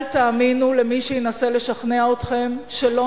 אל תאמינו למי שינסה לשכנע אתכם שלא